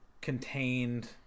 contained